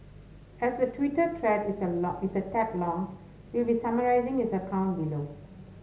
as the Twitter thread is a long is a tad long we'll be summarising his account below